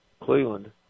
Cleveland